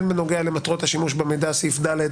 הן בנוגע למטרות השימוש במידע - סעיף (ד),